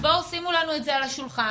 שימו לנו את זה על השולחן,